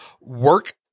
work